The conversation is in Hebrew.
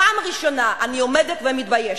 פעם ראשונה אני עומדת ומתביישת.